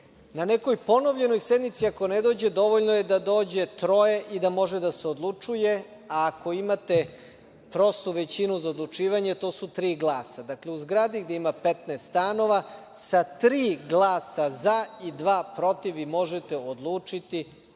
Na nekoj ponovljenoj sednici, ako ne dođe, dovoljno je da dođe troje i da može da se odlučuje, a ako imate prostu većinu za odlučivanje, to su tri glasa. Dakle, u zgradi gde ima 15 stanova sa tri glasa za i dva protiv možete odlučiti bilo